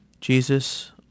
Jesus